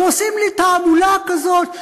ועושים לי תעמולה כזאת,